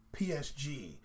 PSG